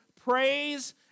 praise